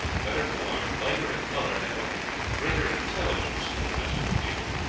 better formed, lighter in color, and of greater intelligence than the rest of the people.